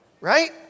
Right